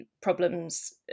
problems